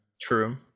True